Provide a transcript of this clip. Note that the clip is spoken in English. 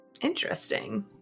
Interesting